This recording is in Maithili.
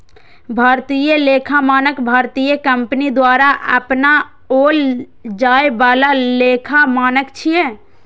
भारतीय लेखा मानक भारतीय कंपनी द्वारा अपनाओल जाए बला लेखा मानक छियै